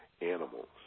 animals